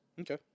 Okay